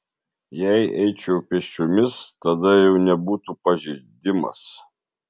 jei eičiau pėsčiomis tada jau nebūtų pažeidimas